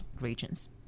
regions